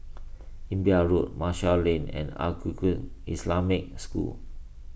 Imbiah Road Marshall Lane and Al Islamic School